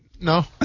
No